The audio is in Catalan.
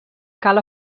cal